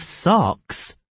socks